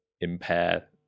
impair